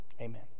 amen